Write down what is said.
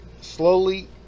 slowly